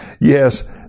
Yes